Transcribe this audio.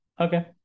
Okay